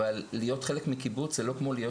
אבל להיות חלק מקיבוץ זה לא כמו להיות